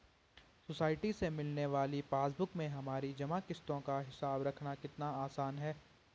society से मिलने वाली पासबुक में हमारी जमा किश्तों का हिसाब रखना कितना आसान है